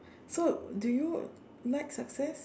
so do you like success